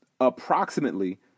Approximately